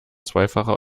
zweifache